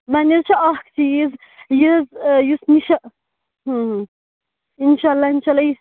وۄنۍ حظ چھِ اَکھ چیٖز یہِ حظ یُس یہِ چھِ اِنشاء اللہ اِنشاء اللہ یُس